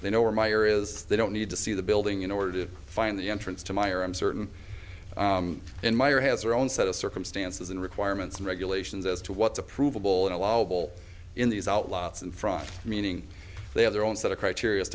they know where meyer is they don't need to see the building in order to find the entrance to my or i'm certain in my or has their own set of circumstances and requirements and regulations as to what's approvable and allowable in these out lots in front meaning they have their own set of criteria as